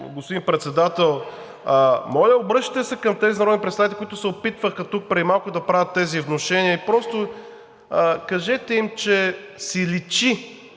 Господин Председател, моля, обръщайте се към тези народни представители, които се опитваха преди малко да правят тези внушения. Кажете им, че си личи,